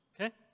Okay